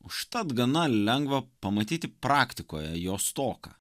užtat gana lengva pamatyti praktikoje jo stoką